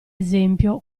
esempio